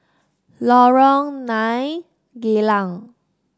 Lorong Nine Geylang